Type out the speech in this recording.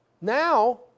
Now